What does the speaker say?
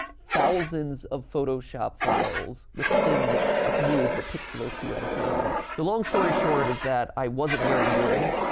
thousands of photoshop files with things just moved a pixel or two at a time. the long story short is that i wasn't very good,